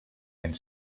and